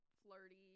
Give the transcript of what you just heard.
flirty